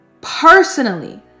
personally